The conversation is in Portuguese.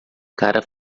cara